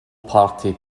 party